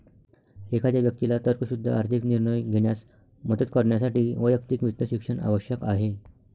एखाद्या व्यक्तीला तर्कशुद्ध आर्थिक निर्णय घेण्यास मदत करण्यासाठी वैयक्तिक वित्त शिक्षण आवश्यक आहे